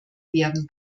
werden